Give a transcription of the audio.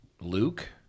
Luke